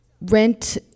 Rent